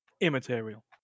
Immaterial